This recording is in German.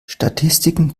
statistiken